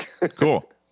Cool